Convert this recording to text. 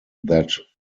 that